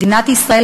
מדינת ישראל,